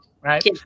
Right